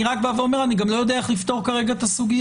אני רק בא ואומר שאני גם לא יודע כרגע איך לפתור את הסוגיה.